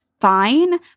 fine